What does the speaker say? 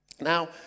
Now